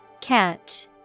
Catch